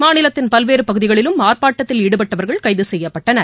மாநிலத்தின் பல்வேறு பகுதிகளிலும் ஆர்ப்பாட்டத்தில் ஈடுபட்டவர்கள் கைது செய்யப்பட்டனர்